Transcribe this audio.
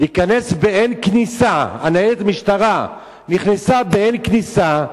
להיכנס ב"אין כניסה" ניידת המשטרה נכנסה ב"אין כניסה",